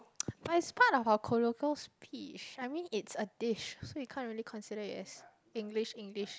but it's part of our colloquial speech I mean it's a dish so you can't really consider it as English English